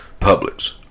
Publix